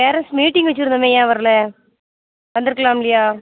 parents meeting வச்சுருந்தோமே ஏன் வரல வந்திருக்கலாமில்லியா